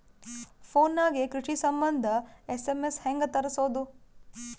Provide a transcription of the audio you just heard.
Phone ನಾಗೆ ಕೃಷಿ ಸಂಬಂಧ ಎಸ್.ಎಮ್.ಎಸ್ ಹೆಂಗ ತರಸೊದ?